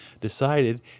decided